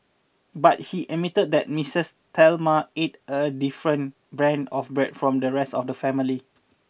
but he admitted that Mistress Thelma ate a different brand of bread from the rest of the family